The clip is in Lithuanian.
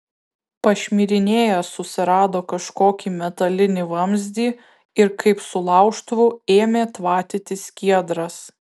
pašmirinėjęs susirado kažkokį metalinį vamzdį ir kaip su laužtuvu ėmė tvatyti skiedras